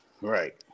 Right